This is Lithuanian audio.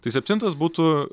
tai septintas būtų